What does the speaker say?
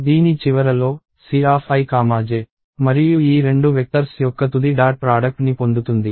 దీని చివరలో Cij మరియు ఈ రెండు వెక్టర్స్ యొక్క తుది డాట్ ప్రాడక్ట్ ని పొందుతుంది